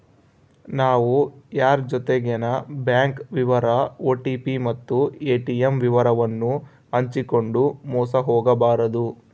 ನಾವು ಯಾರ್ ಜೊತಿಗೆನ ಬ್ಯಾಂಕ್ ವಿವರ ಓ.ಟಿ.ಪಿ ಮತ್ತು ಏ.ಟಿ.ಮ್ ವಿವರವನ್ನು ಹಂಚಿಕಂಡು ಮೋಸ ಹೋಗಬಾರದು